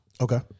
Okay